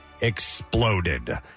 exploded